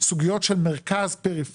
סוגיות של מרכז-פריפריה,